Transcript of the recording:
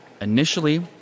Initially